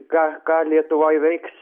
ką ką lietuvoj veiks